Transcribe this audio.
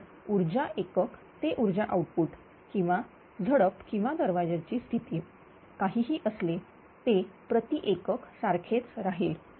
तर ऊर्जा एकक ते ऊर्जा आउटपुट किंवा झडप किंवा दरवाजाची स्थिती काहीही असले ते प्रती एकक सारखेच राहील